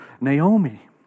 Naomi